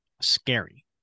scary